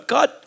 God